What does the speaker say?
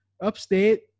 upstate